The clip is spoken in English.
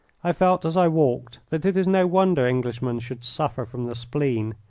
i felt as i walked that it is no wonder englishmen should suffer from the spleen.